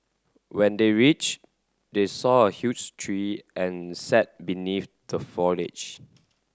when they reached they saw a huge tree and sat beneath the foliage